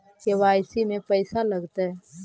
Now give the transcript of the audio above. KYC में पैसा लगतै?